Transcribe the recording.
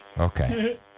Okay